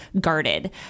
guarded